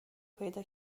پیدا